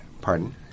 pardon